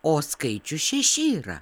o skaičius šeši yra